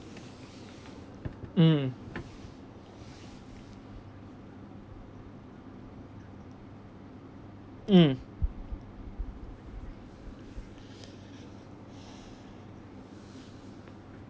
mm mm